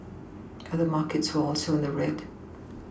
other markets were also in the red